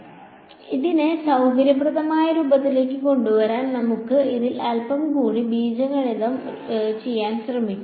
അതിനാൽ ഇതിനെ സൌകര്യപ്രദമായ രൂപത്തിലേക്ക് കൊണ്ടുവരാൻ നമുക്ക് ഇതിൽ അൽപ്പം കൂടി ബീജഗണിതം ചെയ്യാൻ ശ്രമിക്കാം